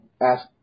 ask